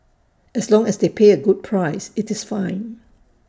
as long as they pay A good price IT is fine